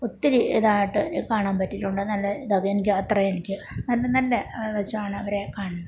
ഒത്തിരി ഇതായിട്ട് കാണാൻ പറ്റീട്ടുണ്ട് നല്ല അതെനിക്കത്ര എനിക്ക് നല്ല നല്ല ആ വശാണവരെ കാണുന്നത്